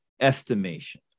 estimation